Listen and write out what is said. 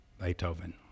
Beethoven